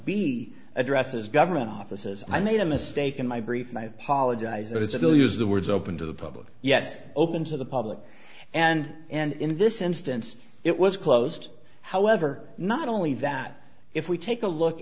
b addresses government offices i made a mistake in my brief and i apologize it will use the words open to the public yes open to the public and and in this instance it was closed however not only that if we take a look